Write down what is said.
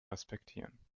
respektieren